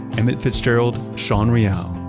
emmett fitzgerald, sean real,